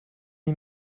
die